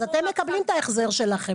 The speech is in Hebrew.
אז אתם מקבלים את ההחזר שלכם.